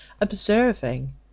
observing